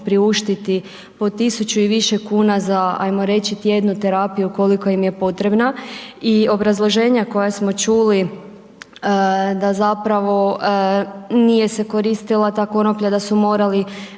priuštiti po 1000 i više kuna za, hajmo reći tjednu terapiju koja im je potrebna i obrazloženja koja smo čuli da zapravo nije se koristila ta konoplja, da su morali